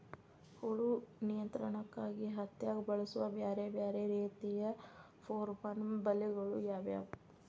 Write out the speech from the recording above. ಹುಳು ನಿಯಂತ್ರಣಕ್ಕಾಗಿ ಹತ್ತ್ಯಾಗ್ ಬಳಸುವ ಬ್ಯಾರೆ ಬ್ಯಾರೆ ರೇತಿಯ ಪೋರ್ಮನ್ ಬಲೆಗಳು ಯಾವ್ಯಾವ್?